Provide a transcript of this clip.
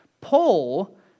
Paul